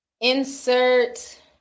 insert